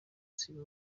siwe